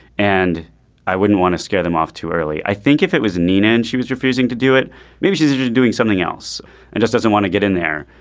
and i wouldn't want to scare them off too early. i think if it was nina and she was refusing to do it maybe she's doing something else and just doesn't want to get in there.